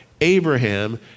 Abraham